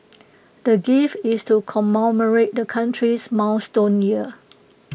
the gift is to commemorate the country's milestone year